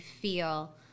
feel